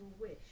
wish